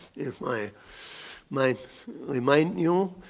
if i might remind you,